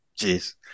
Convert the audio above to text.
jeez